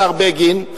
השר בגין,